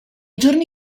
giorni